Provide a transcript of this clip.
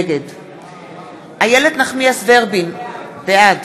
נגד איילת נחמיאס ורבין, בעד